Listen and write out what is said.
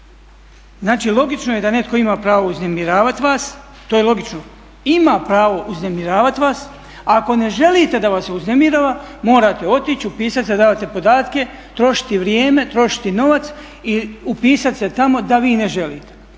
Znači, logično je da netko ima pravo uznemiravati vas, to je logično. Ima pravo uznemiravati vas, a ako ne želite da vas se uznemirava morate otići, upisati se, davati podatke, trošiti vrijeme, trošiti novac i upisat se tamo da vi ne želite.